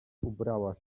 ubrała